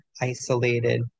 isolated